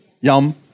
Yum